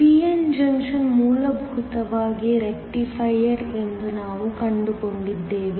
p n junction ಮೂಲಭೂತವಾಗಿ rectifier ಎಂದು ನಾವು ಕಂಡುಕೊಂಡಿದ್ದೇವೆ